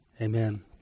Amen